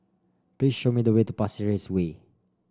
please show me the way to Pasir Ris Way